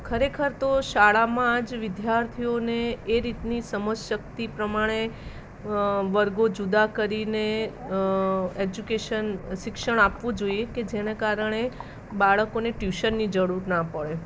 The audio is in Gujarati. ખરેખર તો શાળામાં જ વિદ્યાર્થીઓને એ રીતની સમજશક્તિ પ્રમાણે વર્ગો જુદા કરીને એજ્યુકેશન શિક્ષણ આપવું જોઈએ કે જેને કારણે બાળકોને ટ્યુશનની જરૂર ના પડે